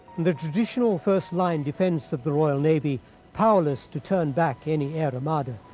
the traditional first line defense of the royal navy powerless to turn back any air armada,